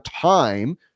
time